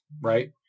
right